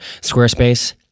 Squarespace